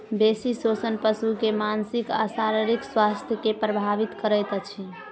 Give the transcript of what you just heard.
बेसी शोषण पशु के मानसिक आ शारीरिक स्वास्थ्य के प्रभावित करैत अछि